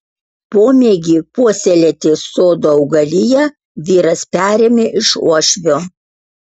pomėgį puoselėti sodo augaliją vyras perėmė iš uošvio